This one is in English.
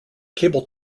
cable